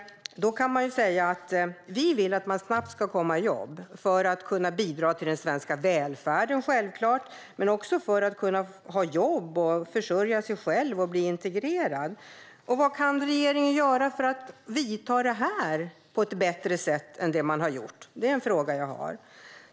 Vi vill att man snabbt ska komma i jobb - för att kunna bidra till den svenska välfärden, självklart, men också för att kunna ha jobb och försörja sig själv och bli integrerad. Vad kan regeringen göra för att åtgärda det här på ett bättre sätt än vad man har gjort? Det är en fråga jag har.